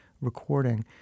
recording